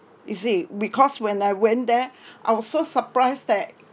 you see because when I went there I was so surprised that